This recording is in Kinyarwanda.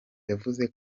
yavuze